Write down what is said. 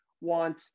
want